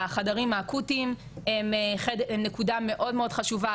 החדרים האקוטיים הם נקודה מאד חשובה,